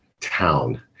town